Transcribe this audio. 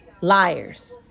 liars